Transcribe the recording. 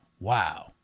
Wow